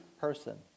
person